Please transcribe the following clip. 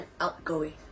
outgoing